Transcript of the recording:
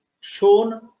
shown